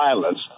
violence